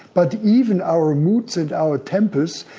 but even our moods and our tempers,